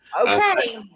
Okay